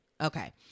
Okay